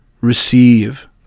receive